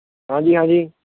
ਹਾਂਜੀ ਹਾਂਜੀ